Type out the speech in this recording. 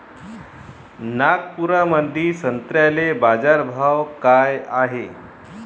नागपुरामंदी संत्र्याले बाजारभाव काय हाय?